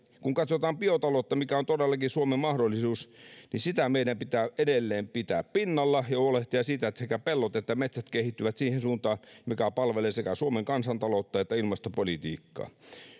kun katsotaan biotaloutta mikä on todellakin suomen mahdollisuus niin sitä meidän pitää edelleen pitää pinnalla ja huolehtia siitä että sekä pellot että metsät kehittyvät siihen suuntaan mikä palvelee sekä suomen kansantaloutta että ilmastopolitiikkaa